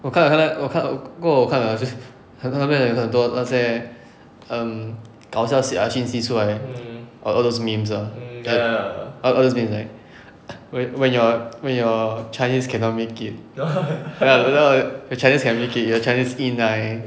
我看了看了我看了 那边有很多那些 um 搞笑 ah 戏讯息出来 all those memes ah all those memes like when when your when your chinese cannot make it ya your chinese cannot make it your chinese E nine